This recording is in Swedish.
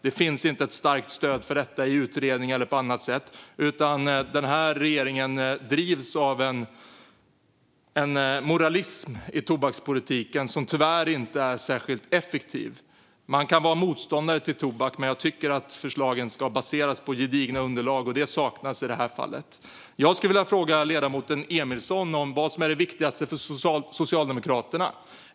Det finns inte starkt stöd i utredningar eller annat för att ta bort det. Den här regeringen drivs i tobakspolitiken av en moralism som tyvärr inte är särskilt effektiv. Man kan vara motståndare till tobak, men jag tycker att förslagen ska baseras på gedigna underlag, vilka i det här fallet saknas. Jag skulle vilja fråga ledamoten Emilsson vad som är det viktigaste för Socialdemokraterna.